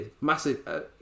massive